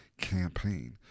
campaign